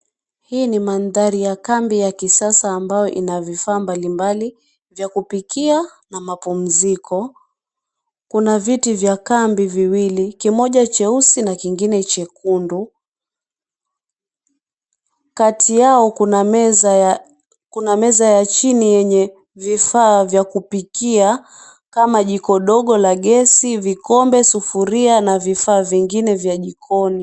Hii ni mandhari ya kambi ya kisasa ambayo ina vifaa mbalimbali vya kupikia na vya mapumziko. Kuna viti vya kambi viwili kimoja cheusi na kingine chekundu, kati yao kuna meza ya chini yenye vifaa vya kupikia kama jiko ndogo la gesi, vikombe, sufuria na vifaa vingine vya jikoni.